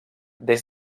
des